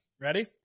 Ready